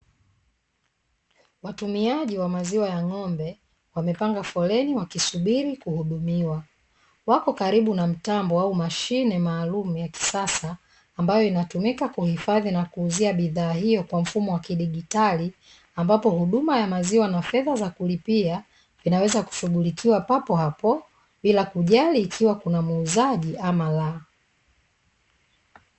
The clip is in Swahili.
Watumiaji wa maziwa ya ng'ombe, wamepanga foleni wakisubiri kuhudumiwa, wapo karibu na mtambo au mashine maalumu ya kisasa, ambayo inatumika kuhifadhi na kuuzia bidhaa hiyo kwa mfumo wa kidigitali ambapo huduma ya maziwa na fedha za kulipia vinaweza kushughulikiwa papo hapo bila kujali ikiwa kuna muuzaji ama laa.